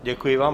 Děkuji vám.